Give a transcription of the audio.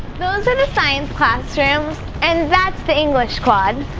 those are the science classrooms, and that's the english quad.